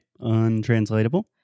untranslatable